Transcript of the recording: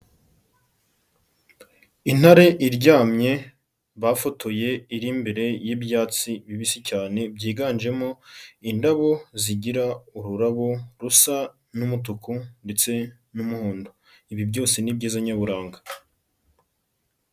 Intare iryamye bafotoye iri imbere y'ibyatsi bibisi cyane byiganjemo indabo zigira ururabo rusa n'umutuku ndetse n'umuhondo, ibi byose ni ibyiza nyaburanga.